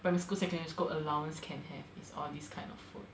primary school secondary school allowance can have is all this kind of food